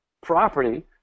property